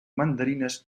mandarines